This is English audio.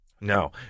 no